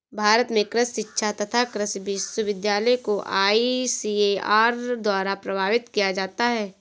भारत में कृषि शिक्षा तथा कृषि विश्वविद्यालय को आईसीएआर द्वारा प्रबंधित किया जाता है